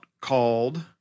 called